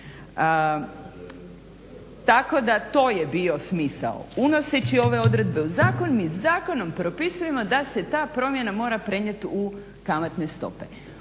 Tako da to je bio smisao. Unoseći ove odredbe u zakon mi zakonom propisujemo da se ta promjena mora prenijeti u kamatne stope.